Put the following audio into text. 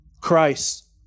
Christ